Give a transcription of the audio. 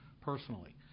personally